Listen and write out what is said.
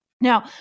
Now